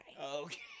Okay